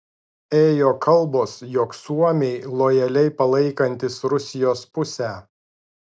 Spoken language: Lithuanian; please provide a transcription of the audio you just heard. ėjo kalbos jog suomiai lojaliai palaikantys rusijos pusę